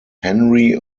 henry